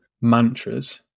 mantras